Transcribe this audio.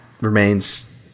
remains